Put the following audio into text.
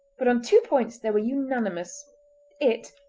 but on two points they were unanimous it,